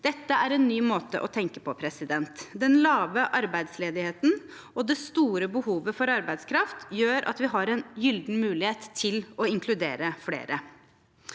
Dette er en ny måte å tenke på. Den lave arbeidsledigheten og det store behovet for arbeidskraft gjør at vi har en gyllen mulighet til å inkludere flere.